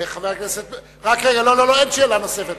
חבר הכנסת, לא, לא, אין שאלה נוספת.